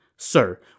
Sir